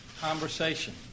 conversation